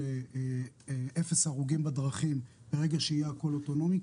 לאפס הרוגים בדרכים ברגע שהכול יהיה פה אוטונומי,